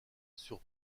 sur